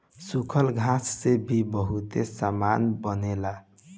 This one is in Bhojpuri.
सूखल घास से भी बहुते सामान बनेला